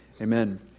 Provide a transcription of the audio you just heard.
Amen